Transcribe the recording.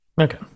Okay